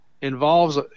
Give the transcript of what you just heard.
involves